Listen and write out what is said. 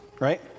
right